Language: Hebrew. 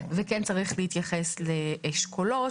וכן צריך להתייחס לאשכולות,